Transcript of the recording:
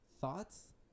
thoughts